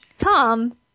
Tom